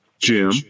Jim